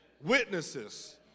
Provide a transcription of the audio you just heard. Witnesses